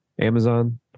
Amazon